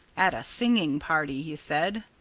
at a singing-party, he said.